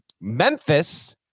memphis